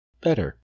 Better